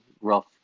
rough